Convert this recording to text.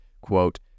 quote